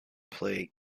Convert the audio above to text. play